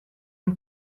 een